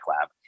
lab